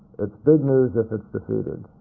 it's big news if it's defeated.